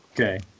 okay